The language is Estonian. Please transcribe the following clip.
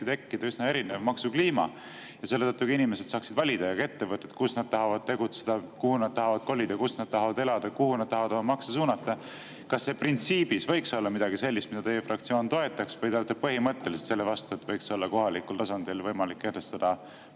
tekkida üsna erinev maksukliima, siis selle tõttu saaksid inimesed ja ka ettevõtted valida, kus nad tahavad tegutseda, kuhu nad tahavad kolida, kus nad tahavad elada ja kuhu nad tahavad oma makse suunata. Kas see printsiibis võiks olla midagi sellist, mida teie fraktsioon toetaks? Või te olete põhimõtteliselt selle vastu, et võiks olla võimalik kohalikul tasandil kehtestada,